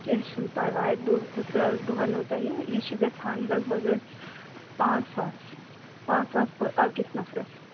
کیٚنٛہہ چھُنہٕ پرواے بہٕ بہٕ کٔرٕ بہٕ ؤنہو تۄہہِ یہِ چھُ گژھان لگ بگ حَظ پانٛژھ ساس پانٛژھ ساس پ أکِس نفرس